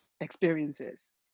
experiences